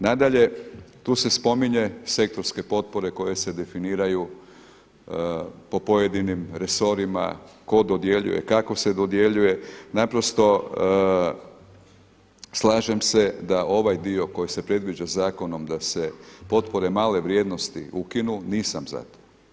Nadalje, tu se spominje sektorske potpore koje se definiraju po pojedinim resorima, tko dodjeljuje, kako se dodjeljuje, naprosto slažem se da da ovaj dio koji se predviđa zakonom da se potpore male vrijednosti ukinu nisam za to.